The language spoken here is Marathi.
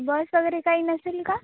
बस वगैरे काही नसेल का